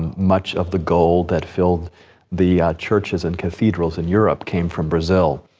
much of the gold that filled the churches and cathedrals in europe came from brazil.